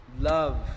Love